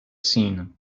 seen